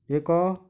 ଏକ